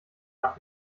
nach